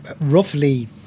roughly